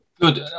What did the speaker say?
Good